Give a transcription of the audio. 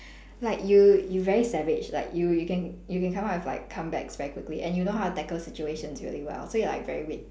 like you you very savage like you you can you can come up with like comebacks very quickly and you know how to tackle situations really well so you're like very witty